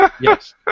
Yes